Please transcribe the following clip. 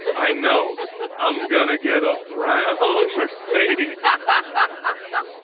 i know i'm going to get a brand mercedes but